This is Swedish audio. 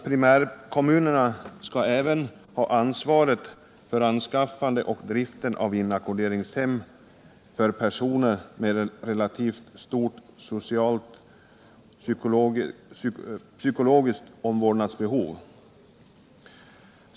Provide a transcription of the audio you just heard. Primärkommunerna skall även ha ansvaret för anskaffande och drift av inackorderingshem för personer med relativt stort socialtpsykologiskt omvårdnadsbehov.